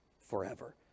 forever